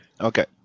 Okay